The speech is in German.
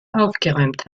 aufgeräumt